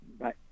Bye